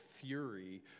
fury